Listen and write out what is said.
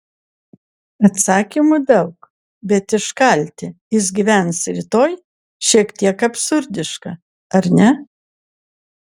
atsakymų daug bet iškalti jis gyvens rytoj šiek tiek absurdiška ar ne